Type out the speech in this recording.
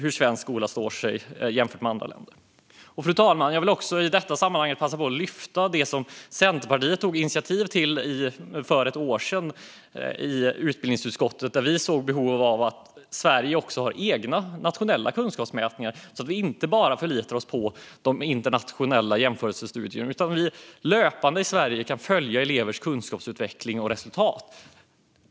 I detta sammanhang vill jag passa på att lyfta fram det som Centerpartiet tog initiativ till för ett år sedan i utbildningsutskottet. Vi ser ett behov av att Sverige också har egna nationella kunskapsmätningar, så att vi inte bara förlitar oss på de internationella jämförelsestudierna utan löpande i Sverige kan följa elevers kunskapsutveckling och resultat.